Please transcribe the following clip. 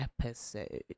episode